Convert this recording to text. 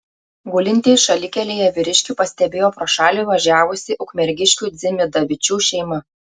gulintį šalikelėje vyriškį pastebėjo pro šalį važiavusi ukmergiškių dzimidavičių šeima